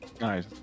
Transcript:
nice